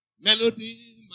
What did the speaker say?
Melody